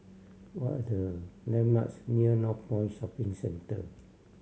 what are the landmarks near Northpoint Shopping Centre